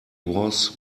was